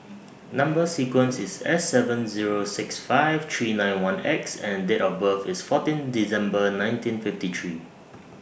Number sequence IS S seven Zero six five three nine one X and Date of birth IS fourteen December nineteen fifty three